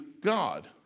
God